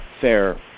fair